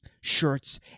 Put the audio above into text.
shirts